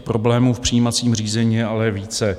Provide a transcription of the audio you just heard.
Problémů v přijímacím řízení je ale více.